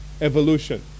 Evolution